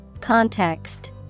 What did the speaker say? Context